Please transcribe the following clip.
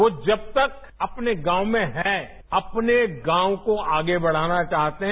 वो जब तक अपने गांव में हैं अपने गांव को आगे बढ़ना चाहते हैं